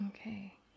Okay